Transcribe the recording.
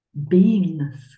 beingness